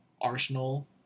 Arsenal